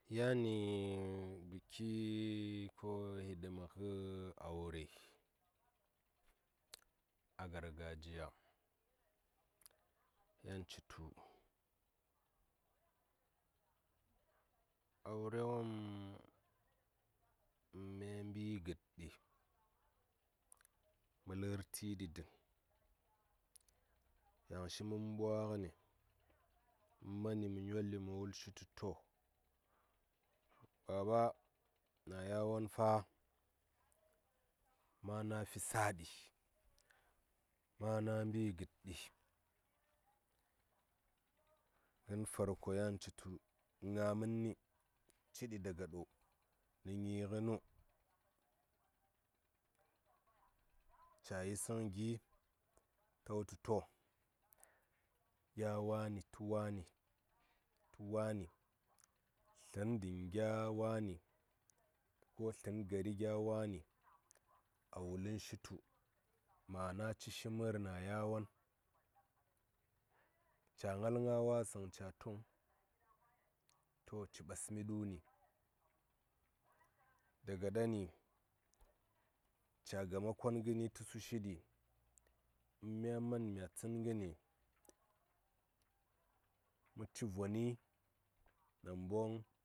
Yan nə bəki ko hiɗima kə aure a gargajiya yan ci tu aure wom in mya mbi ghəd mə lər ti ɗi dən yaŋ shi mən ɓwa ngəni mə mani mə nyolli mə wui shi to nayawon fa mana fi saa ɗi mana nbi gəd ɗi ngən farko yan ci tu ngaa mən ni? ciɗi daga ɗo? nə ngyi ngə nu? caa yi səŋ gi ta wutu to gya wani tə wani tu wani tlən dən gya wani ko tlən gari gya wani a wulən shi tu mana ci shi mər nayawon caa ngal ngaa wasəŋ caa tuŋ to ci ɓasmi ɗuni daga ɗani caa gama kon ngəni tə sushi ɗi mya man mya tsən ngəni mə ci voni namboŋ.